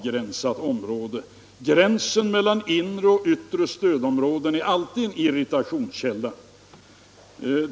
Gränsen mellan inre och yttre stödområde är alltid en irritationskälla.